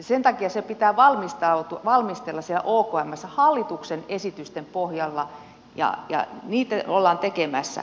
sen takia se pitää valmistella siellä okmssä hallituksen esitysten pohjalta ja niin ollaan tekemässä